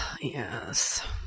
Yes